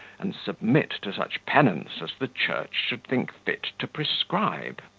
and submit to such penance as the church should think fit to prescribe.